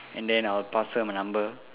and then I'll pass her my number